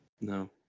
No